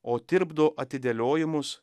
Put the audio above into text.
o tirpdo atidėliojimus